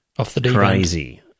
crazy